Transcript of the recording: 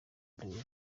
induru